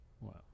Wow